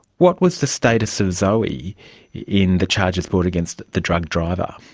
what was the status of zoe in the charges brought against the drug driver?